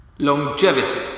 Longevity